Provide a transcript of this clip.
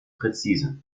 präzise